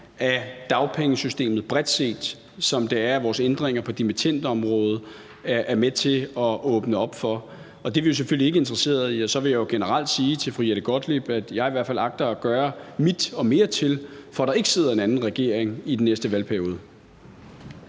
af dagpengesystemet bredt set, som vores ændringer på dimittendområdet er med til at åbne op for. Og det er vi selvfølgelig ikke interesserede i. Og så vil jeg jo generelt sige til fru Jette Gottlieb, at jeg i hvert fald agter at gøre mit og mere til, for at der ikke sidder en anden regering i den næste valgperiode.